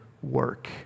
work